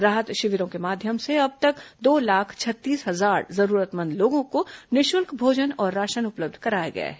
राहत शिविरों के माध्यम से अब तक दो लाख छत्तीस हजार जरूरतमंद लोगों को निःशुल्क भोजन और राशन उपलब्ध कराया गया है